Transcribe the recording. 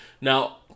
Now